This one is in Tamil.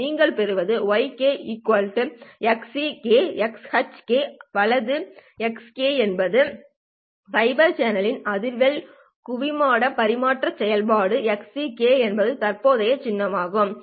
நீங்கள் பெறுவது y xc xh வலது h என்பது ஃபைபர் சேனலின் அதிர்வெண் குவிமாடம் பரிமாற்ற செயல்பாடு xc என்பது தற்போதைய சின்னமாகும்